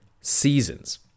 seasons